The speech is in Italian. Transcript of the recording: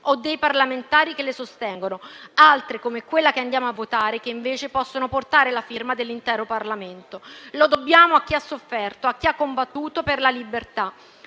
o dei parlamentari che le sostengono, ed altre, come quella che andiamo a votare, che invece possono portare la firma dell'intero Parlamento. Lo dobbiamo a chi ha sofferto, a chi ha combattuto per la libertà,